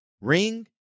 ring